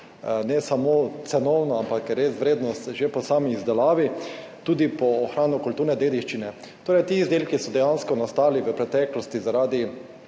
ne samo cenovno, ampak že vrednost same izdelave in tudi ohranjanja kulturne dediščine. Torej, ti izdelki so dejansko nastali v preteklosti zaradi